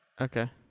Okay